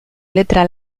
letra